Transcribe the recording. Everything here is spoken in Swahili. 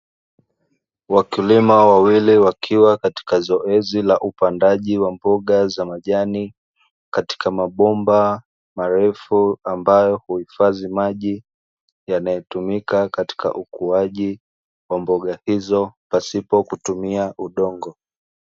Wakulima wawili wakiwa katika zoezi la upandaji wa mboga za majani, katika mabomba marefu ambayo uhifadhi maji yanayotumika katika ukuaji wa mboga hizo bila kuhitaji udongo.